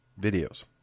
videos